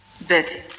Betty